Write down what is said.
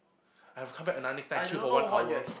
I've to come back another next time and queue for one hour